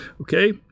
Okay